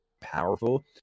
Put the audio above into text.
powerful